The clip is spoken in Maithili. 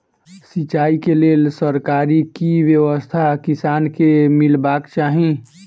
सिंचाई केँ लेल सरकारी की व्यवस्था किसान केँ मीलबाक चाहि?